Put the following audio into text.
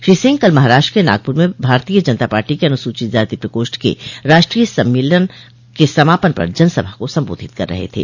श्री सिंह कल महाराष्ट्र के नागपुर में भारतोय जनता पार्टी के अनुसूचित जाति प्रकोष्ठ के राष्ट्रीय सम्मेलन के समापन पर जनसभा को संबोधित कर रहे थे